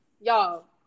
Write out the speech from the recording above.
y'all